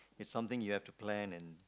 it's something you have to plan and